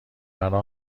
برا